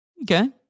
Okay